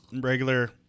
regular